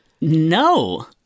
No